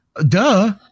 Duh